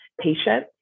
patient